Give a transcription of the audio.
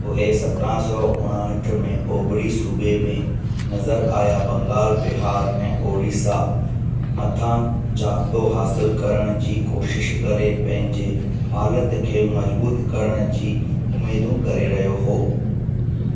उहे सतरहं सौ उणहठि में ओभिरी सूबे में नज़रु आया बंगाल बिहार ऐं ओडिशा मथां जाब्तो हासिलु करण जी कोशिश करे पंहिंजे हालति खे मजबूत करण जी उमेदूं करे रहियो हो